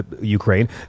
Ukraine